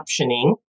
captioning